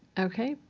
okay?